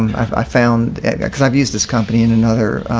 i found it because i've used this company in another,